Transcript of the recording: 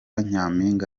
nyampinga